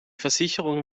versicherung